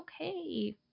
okay